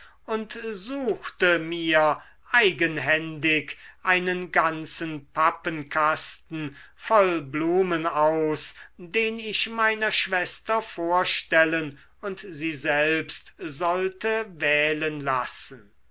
und suchte mir eigenhändig einen ganzen pappenkasten voll blumen aus den ich meiner schwester vorstellen und sie selbst sollte wählen lassen